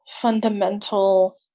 fundamental